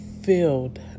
filled